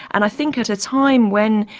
and i think at a time when,